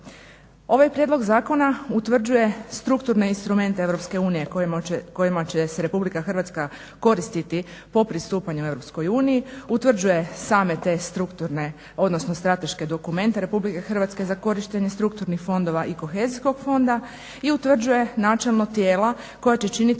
Ovaj prijedlog zakona utvrđuje strukturne instrumente Europske unije kojima će se Republika Hrvatska koristiti po pristupanju Europskoj uniji, utvrđuje same te strukturne, odnosno strateške dokumente Republike Hrvatske za korištenje strukturnih fondova i kohezijskog fonda i utvrđuje načelno tijela koja će činiti